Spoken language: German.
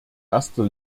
erster